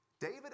David